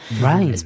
Right